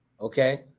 Okay